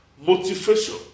motivation